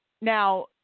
now